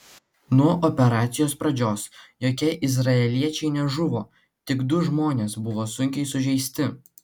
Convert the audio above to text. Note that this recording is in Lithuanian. nuo operacijos pradžios jokie izraeliečiai nežuvo tik du žmonės buvo sunkiai sužeisti